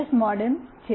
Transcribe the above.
S modem છે